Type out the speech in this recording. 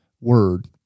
word